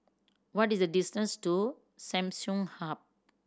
what is the distance to Samsung Hub